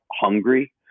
hungry